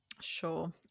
sure